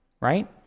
right